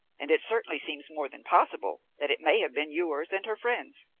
and it certainly seems more than possible that it may have been yours and her friend's.